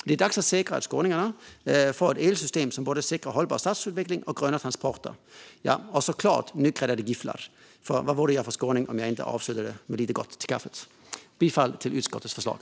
Det är dags att säkra att skåningarna får ett elsystem som säkrar både hållbar stadsutveckling och gröna transporter - och ja, såklart, nygräddade gifflar. Vad vore jag för skåning om jag inte avslutade med lite gott till kaffet? Jag yrkar bifall till utskottets förslag.